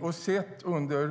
Under